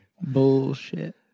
Bullshit